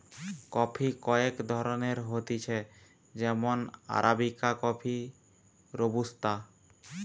coffee কয়েক ধরণের হতিছে যেমন আরাবিকা কফি, রোবুস্তা